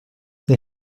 les